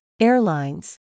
airlines